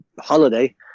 holiday